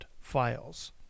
files